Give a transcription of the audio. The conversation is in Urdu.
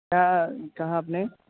کیا کہا آپ نے